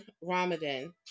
Ramadan